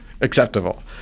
acceptable